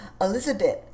Elizabeth